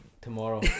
tomorrow